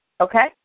Okay